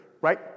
right